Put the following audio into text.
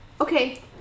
Okay